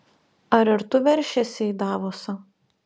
ar ir tu veršiesi į davosą